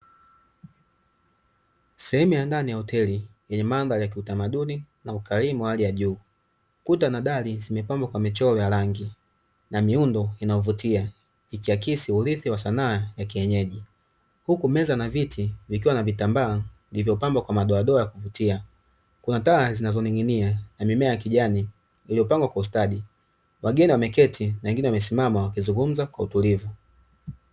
Sehemu ya ndani hoteli yenye mandhari ya kiutamaduni na ukarimu wa hali ya juu. Kuta na dari zimepambwa kwa michoro ya rangi na miundo inayo vutia, ikiakisi urithi wa sanaa ya kienyeji ,huku meza na viti vikiwa na vitambaa vilivyo pambwa kwa madoadoa ya kuvutia kwa taa zinazo nin’ginia na mimea ya kijani iliyo pangwa kwa ustadi . Wageni wameketi wengine wamesimama wakizungumza kwa utulivu .